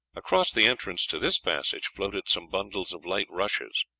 across the entrance to this passage floated some bundles of light rushes.